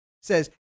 says